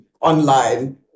online